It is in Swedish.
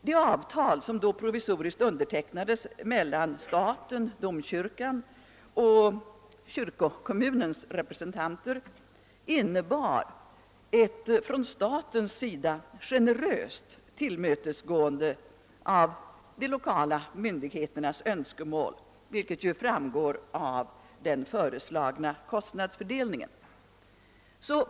Det avtal som då provisoriskt undertecknades mellan staten, domkyrkan och kyrkokommunens representanter innebar ett från statens sida generöst tillmötesgående av de lokala myndigheternas önskemål, vilket ju framgår av den föreslagna kostnadsfördelningen.